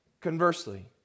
conversely